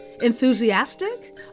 Enthusiastic